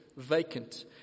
Vacant